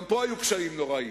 גם פה היו קשיים נוראיים.